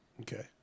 Okay